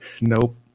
Nope